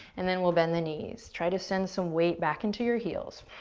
and then we'll bend the knees. try to send some weight back into your heels.